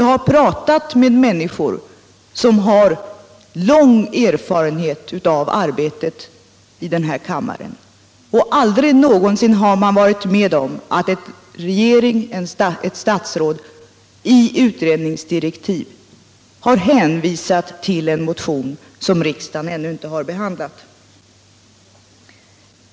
Jag har pratat med människor som har lång erfarenhet av — om anställningsarbetet i den här kammaren, men inte heller de har någonsin varit med = skydd, m.m. om att ett statsråd i utredningsdirektiv har hänvisat till en motion som riksdagen ännu inte har behandlat.